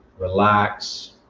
relax